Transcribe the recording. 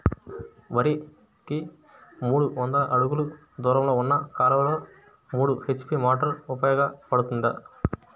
వరికి మూడు వందల అడుగులు దూరంలో ఉన్న కాలువలో మూడు హెచ్.పీ మోటార్ ఉపయోగపడుతుందా?